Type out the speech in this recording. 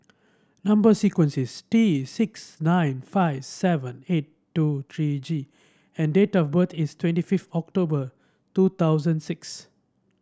number sequence is T six nine five seven eight two three G and date of birth is twenty fifth October two thousand six